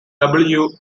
allen